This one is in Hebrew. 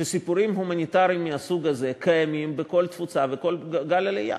שסיפורים הומניטריים מהסוג הזה קיימים בכל תפוצה ובכל גל עלייה.